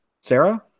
Sarah